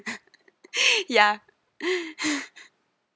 ya